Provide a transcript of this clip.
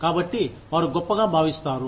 కాబట్టి వారు గొప్పగా భావిస్తారు